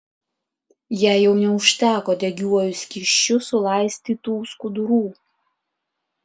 jai jau neužteko degiuoju skysčiu sulaistytų skudurų